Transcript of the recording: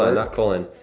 ah not colin,